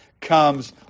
comes